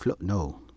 No